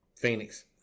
Phoenix